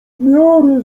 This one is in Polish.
miarę